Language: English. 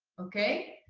okay?